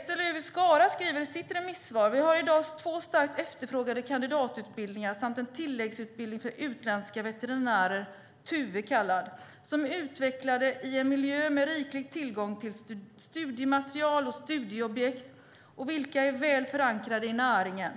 SLU i Skara skriver i sitt remissvar: Vi har i dag två starkt efterfrågade kandidatutbildningar samt en tilläggsutbildning för utländska veterinärer, Tuve kallad, som är utvecklade i en miljö med riklig tillgång till studiematerial och studieobjekt och som är väl förankrade i näringen.